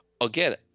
again